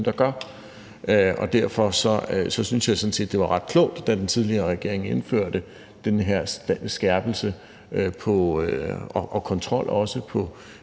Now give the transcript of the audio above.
der gør, og derfor synes jeg sådan, det var ret klogt, da den tidligere regering indførte den her skærpelse og kontrol i